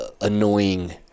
annoying